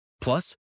Plus